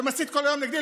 ומסית כל היום נגדי,